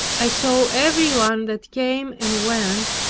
i saw every one that came and went,